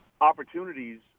opportunities